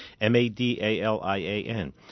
M-A-D-A-L-I-A-N